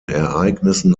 ereignissen